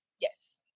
Yes